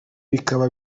bikaba